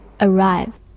arrive